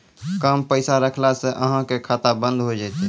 कम पैसा रखला से अहाँ के खाता बंद हो जैतै?